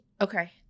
Okay